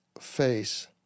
face